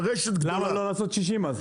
למה לא לעשות 60 אז?